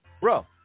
bro